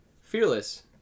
Fearless